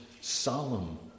solemn